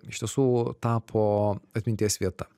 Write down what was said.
iš tiesų tapo atminties vieta